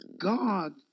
God